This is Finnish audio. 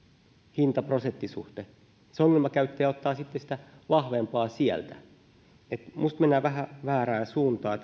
hinta prosentti suhde se ongelmakäyttäjä ottaa sitten sitä vahvempaa sieltä minusta mennään vähän väärään suuntaan